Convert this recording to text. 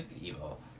evil